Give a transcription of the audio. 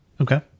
Okay